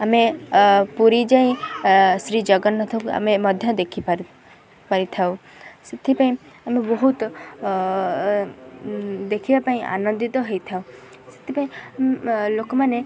ଆମେ ପୁରୀ ଯାଇ ଶ୍ରୀ ଜଗନ୍ନାଥକୁ ଆମେ ମଧ୍ୟ ଦେଖିପାରୁ ପାରିଥାଉ ସେଥିପାଇଁ ଆମେ ବହୁତ ଦେଖିବା ପାଇଁ ଆନନ୍ଦିତ ହେଇଥାଉ ସେଥିପାଇଁ ଲୋକମାନେ